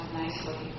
nicely